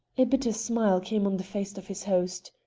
a bitter smile came on the face of his host.